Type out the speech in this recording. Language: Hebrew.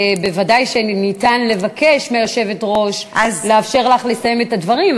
ודאי שניתן לבקש מהיושבת-ראש לאפשר לך לסיים את הדברים,